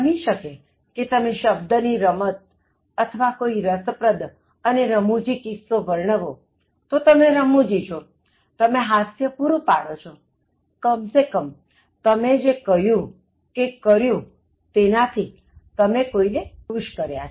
બની શકે કે તમે શબ્દની રમત અથવા કોઇ રસપ્રદ અને રમૂજી કિસ્સો વર્ણવો તો તમે રમૂજી છો તમે હાસ્ય પૂરું પાડો છો કમ સે કમ તમે જે કહ્યું કે કર્યું તેનાથી તમે કોઇને ખુશ કર્યા છે